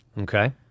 Okay